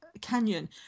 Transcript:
Canyon